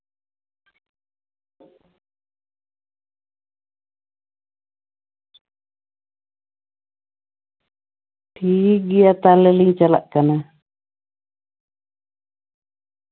ᱴᱷᱤᱠ ᱜᱮᱭᱟ ᱛᱟᱞᱦᱮ ᱞᱤᱧ ᱪᱟᱞᱟᱜ ᱠᱟᱱᱟ